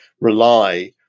rely